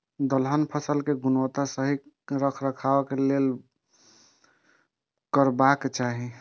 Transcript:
दलहन फसल केय गुणवत्ता सही रखवाक लेल की करबाक चाहि?